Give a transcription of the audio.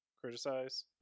criticize